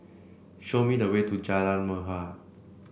show me the way to Jalan Mahir